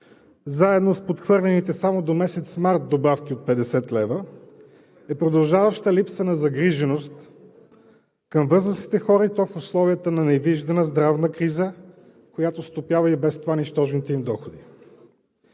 заедно с подхвърлените само до месец март добавки от 50 лв., и продължаващата липса на загриженост към възрастните хора, и то в условията на невиждана здравна криза, която стопява и без това нищожните им доходи.